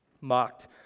mocked